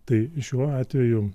tai šiuo atveju